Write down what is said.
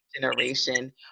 generation